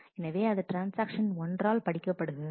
எனவே அது ட்ரான்ஸ்ஆக்ஷன் ஒன்றால் படிக்கப்படுகிறது